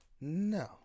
No